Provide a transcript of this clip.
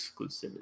exclusivity